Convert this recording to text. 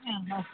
ആ ഹാ